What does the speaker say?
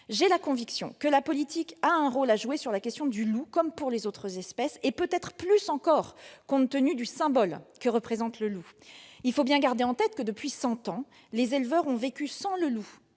J'ai la conviction que la politique a un rôle à jouer sur la question du loup, comme pour d'autres espèces, et peut-être plus encore compte tenu du symbole que représente le loup. Il faut bien avoir à l'esprit que, depuis près de cent ans, les éleveurs ont vécu sans le loup,